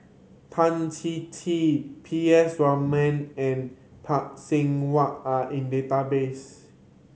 Tan Chin Chin P S Raman and Phay Seng Whatt are in database